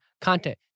content